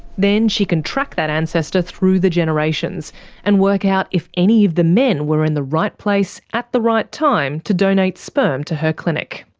then she can track that ancestor through the generations and work out if any of the men were in the right place, at the right time, to donate sperm to her clinic.